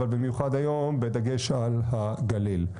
אבל במיוחד היום בדגש על הגליל.